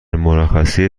مرخصی